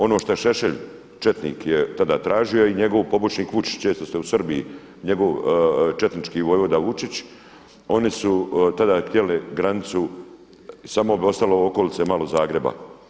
Ono što je Šešelj, četnik je tada tražio i njegov pomoćnik Vučić često ste u Srbiji, njegov četnički vojvoda Vučić oni su tada htjeli granicu, samo bi ostala okolice malo Zagreba.